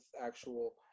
actual